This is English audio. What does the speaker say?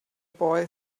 boy